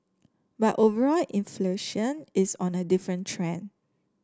but overall inflation is on a different trend